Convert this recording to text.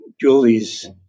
Julie's